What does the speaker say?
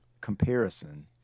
comparison